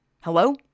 Hello